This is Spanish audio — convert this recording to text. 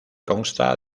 consta